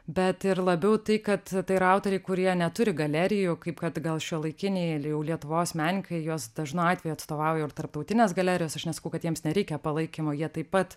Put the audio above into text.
bet ir labiau tai kad tai yra autoriai kurie neturi galerijų kaip kad gal šiuolaikiniai lietuvos menininkai juos dažnu atveju atstovauja ir tarptautinės galerijos aš nesakau kad jiems nereikia palaikymo jie taip pat